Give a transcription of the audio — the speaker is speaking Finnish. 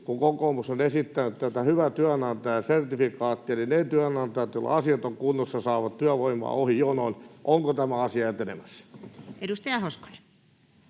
kun kokoomus on esittänyt tätä hyvä työnantaja -sertifikaattia eli sitä, että ne työnantajat, joilla asiat ovat kunnossa, saavat työvoimaa ohi jonon: onko tämä asia etenemässä? [Speech